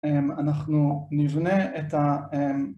‫אנחנו נבנה את ה...